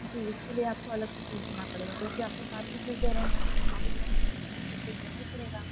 जी इसके लिए आपको अलग से फीस देना पड़ेगा क्योंकि आप तो कार की फीस दे रहे हैं तो यहाँ भी उन्होंने नाव का फ़ीस देना ही पड़ेगा